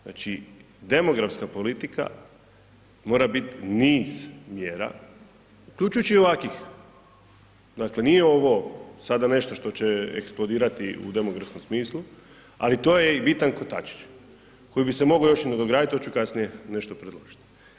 Znači, demografska politika mora biti niz mjera uključujući i ovakvih, dakle nije ovo sada nešto što će eksplodirati u demografskom smislu ali to je i bitan kotačić koji bi se mogao još i nadograditi, to ću kasnije nešto predložiti.